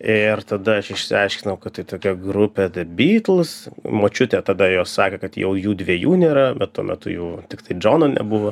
ir tada aš išsiaiškinau kad tai tokia grupė the beatles močiutė tada jos sakė kad jau jų dviejų nėra bet tuo metu jau tiktai džono nebuvo